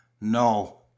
no